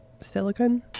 silicon